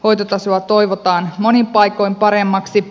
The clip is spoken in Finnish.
hoitotasoa toivotaan monin paikoin paremmaksi